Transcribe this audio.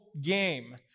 game